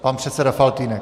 Pan předseda Faltýnek.